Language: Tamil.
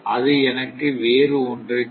அது எனக்கு வேறு ஒன்றை தரும்